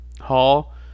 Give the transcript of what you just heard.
hall